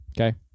Okay